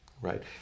Right